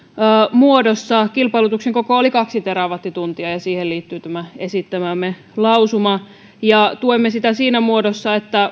muodossa kilpailutuksen koko oli kaksi terawattituntia ja siihen liittyi tämä esittämämme lausuma tuemme sitä siinä muodossa että